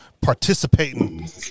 participating